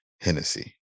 Hennessy